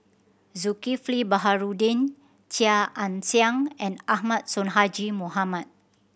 Zulkifli Baharudin Chia Ann Siang and Ahmad Sonhadji Mohamad